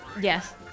Yes